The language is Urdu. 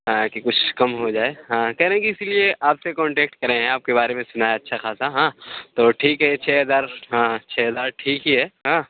تاکہ کچھ کم ہو جائے ہاں کہہ رہے ہیں کہ اِسی لیے آپ سے کانٹیکٹ کرے ہیں آپ کے بارے میں سُنا ہے اچھا خاصا ہاں تو ٹھیک ہے چھ ہزار ہاں چھ ہزار ٹھیک ہی ہے ہاں